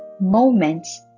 moments